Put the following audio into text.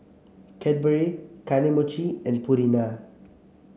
Cadbury Kane Mochi and Purina